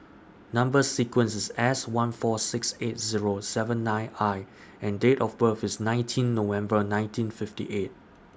Number sequence IS S one four six eight Zero seven nine I and Date of birth IS nineteen November nineteen fifty eight